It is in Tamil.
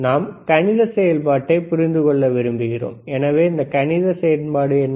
நாம் கணித செயல்பாட்டை புரிந்து கொள்ள விரும்புகிறோம் எனவே இந்த கணித செயல்பாடு என்ன